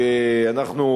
שאנחנו,